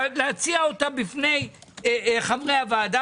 מבלי להציע אותה בפני חברי הוועדה